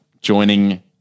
joining